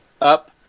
up